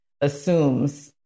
assumes